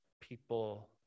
people